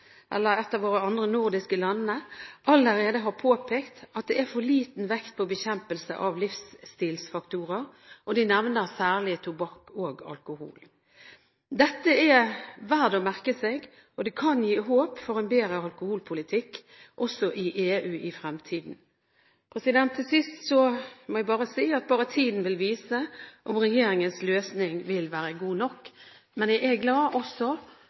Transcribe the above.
allerede har påpekt at det er for liten vekt på bekjempelse av livsstilsfaktorer, og de nevner særlig tobakk og alkohol. Dette er verdt å merke seg, og det kan gi håp for en bedre alkoholpolitikk også i EU i fremtiden. Til sist må jeg si at bare tiden vil vise om regjeringens løsning vil være god nok. Men jeg er glad